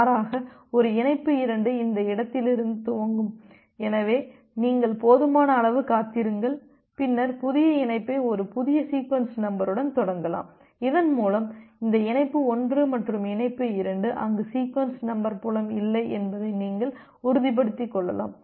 மாறாக ஒரு இணைப்பு 2 இந்த இடத்திலிருந்து துவங்கும் எனவே நீங்கள் போதுமான அளவு காத்திருங்கள் பின்னர் புதிய இணைப்பை ஒரு புதிய சீக்வென்ஸ் நம்பருடன் தொடங்கலாம் இதன் மூலம் இந்த இணைப்பு 1 மற்றும் இணைப்பு 2 அங்கு சீக்வென்ஸ் நம்பர் புலம் இல்லை என்பதை நீங்கள் உறுதிப்படுத்திக் கொள்ளலாம்